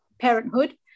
parenthood